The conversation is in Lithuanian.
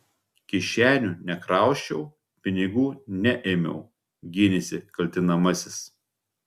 kišenių nekrausčiau pinigų neėmiau gynėsi kaltinamasis